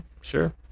sure